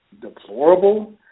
deplorable